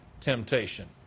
temptation